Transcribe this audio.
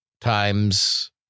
times